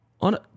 on